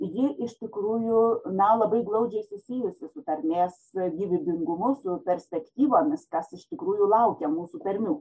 ji iš tikrųjų na labai glaudžiai susijusi su tarmės gyvybingumuir su perspektyvomis kas iš tikrųjų laukia mūsų tarmių